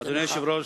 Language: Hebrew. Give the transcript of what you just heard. אדוני היושב-ראש,